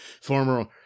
former